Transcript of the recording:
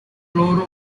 floors